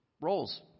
roles